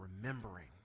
remembering